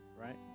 right